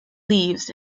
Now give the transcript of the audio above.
leaves